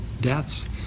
deaths